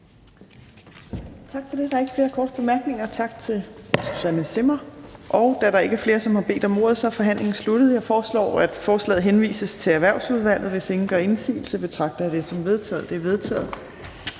Tak for det. Der er ikke flere korte bemærkninger. Tak til fru Susanne Zimmer. Da der ikke er flere, som har bedt om ordet, er forhandlingen sluttet. Jeg foreslår, at forslaget henvises til Erhvervsudvalget. Hvis ingen gør indsigelse, betragter jeg det som vedtaget. Det er vedtaget.